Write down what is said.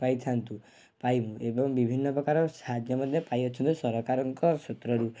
ପାଇଥାନ୍ତୁ ପାଇବୁ ଏବଂ ବିଭିନ୍ନ ପ୍ରକାର ସାହାଯ୍ୟ ମଧ୍ୟ ପାଇ ଅଛନ୍ତି ସରକାରଙ୍କ ସୂତ୍ରରୁ